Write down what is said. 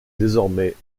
désormais